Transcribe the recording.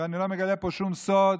ואני לא מגלה פה שום סוד,